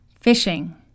fishing